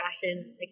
fashion